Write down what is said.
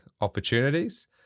opportunities